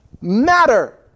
matter